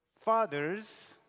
fathers